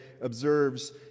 observes